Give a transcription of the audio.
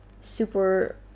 super